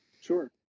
sure